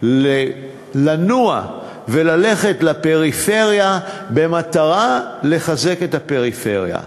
לנוע וללכת לפריפריה במטרה לחזק את הפריפריה,